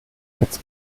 als